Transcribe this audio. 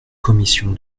commission